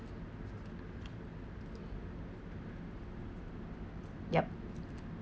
yup